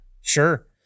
Sure